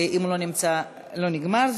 אם הוא לא נמצא, נגמר.